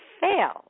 fail